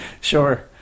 Sure